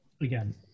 Again